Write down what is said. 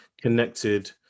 connected